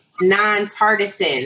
nonpartisan